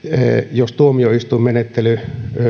jos tuomioistuinmenettely